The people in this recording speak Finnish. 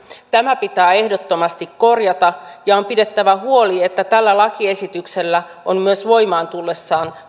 tämä pitää ehdottomasti korjata ja on pidettävä huoli että tällä lakiesityksellä on myös voimaan tullessaan